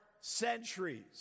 centuries